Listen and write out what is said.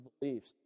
beliefs